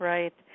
Right